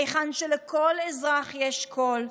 היכן שלכל אזרח יש קול,